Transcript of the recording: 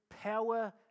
power